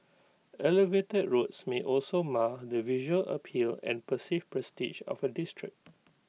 elevated roads may also mar the visual appeal and perceived prestige of A district